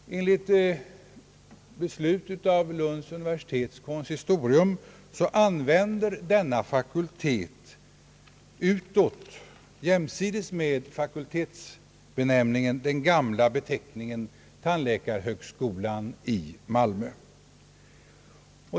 Enligt beslut av Lunds universitets konsistorium använder denna fakultet utåt, jämsides med fakultetsbenämningen, den gamla beteckningen tandläkarhögskolan i Malmö.